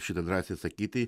šitą drąsiai sakyti